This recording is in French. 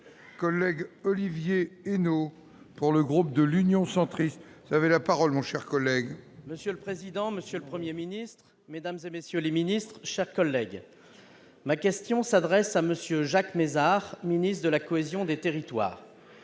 Collègue Olivier et nous pour le groupe de l'Union centriste, vous avez la parole, mon cher collègue. Monsieur le président, Monsieur le 1er Ministre Mesdames et messieurs les Ministres, chers collègues, ma question s'adresse à monsieur Jacques Mézard, ministre de la cohésion des territoires